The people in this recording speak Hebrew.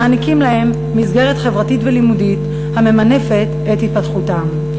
מעניקים להם מסגרת חברתית ולימודית הממנפת את התפתחותם.